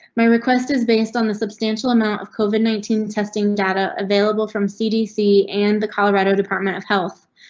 my request is based on the substantial amount of covid nineteen testing data available from cdc and the colorado department of health.